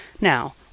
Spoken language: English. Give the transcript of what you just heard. Now